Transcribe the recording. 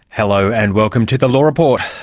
hello and welcome to the law report.